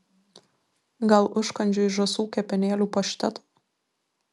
gal užkandžiui žąsų kepenėlių pašteto